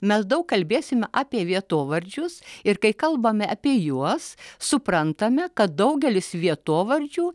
mes daug kalbėsim apie vietovardžius ir kai kalbame apie juos suprantame kad daugelis vietovardžių